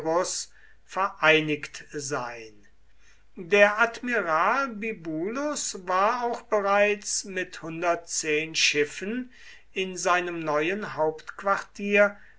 vereinigt sein der admiral bibulus war auch bereits mit schiffen in seinem neuen hauptquartier